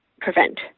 prevent